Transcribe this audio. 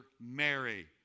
Mary